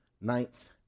ninth